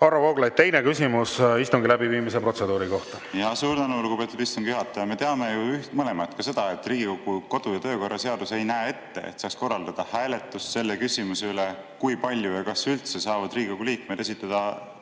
Varro Vooglaid, teine küsimus istungi läbiviimise protseduuri kohta. Suur tänu, lugupeetud istungi juhataja! Me teame ju mõlemad ka seda, et Riigikogu kodu‑ ja töökorra seadus ei näe ette, et saaks korraldada hääletust selle küsimuse üle, kui palju ja kas üldse saavad Riigikogu liikmed esitada